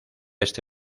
este